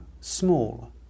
small